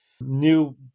new